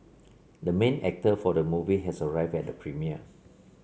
the main actor for the movie has arrived at the premiere